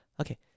okay